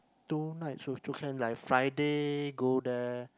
two nights also can like Friday go there